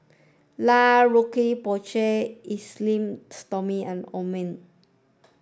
La Roche Porsay Esteem Stoma and Omron